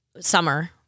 summer